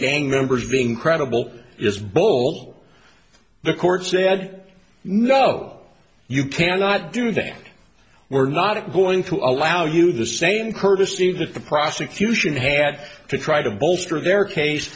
gang members being credible is bull the court said no you cannot do that we're not going to allow you the same courtesy that the prosecution had to try to bolster their case